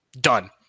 Done